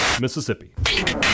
Mississippi